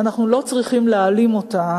ואנחנו לא צריכים להעלים אותה,